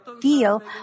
deal